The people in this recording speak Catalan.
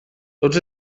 tots